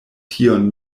tion